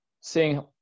seeing